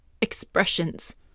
expressions